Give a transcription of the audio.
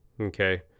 okay